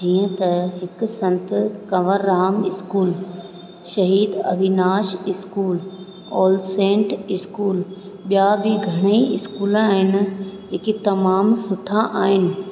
जीअं त हिकु Sant Kanwarram school Shaheed Avinash school All Saints school ॿिया बि घणेई स्कूल आहिनि जेके तमामु सुठा आहिनि